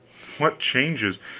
what changes!